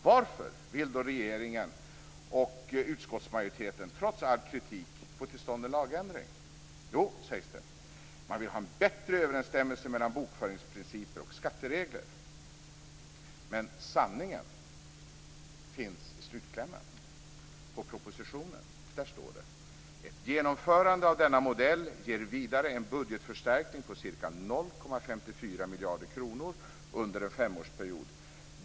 Varför vill då regeringen och utskottsmajoriteten trots all kritik få till stånd en lagändring? Jo, sägs det: Man vill ha en bättre överensstämmelse mellan bokföringsprinciper och skatteregler. Men sanningen finns i slutklämmen på propositionen. Där står det: "Ett genomförande av denna modell ger vidare en budgetförstärkning på ca 0,54 miljarder kronor under en femårsperiod.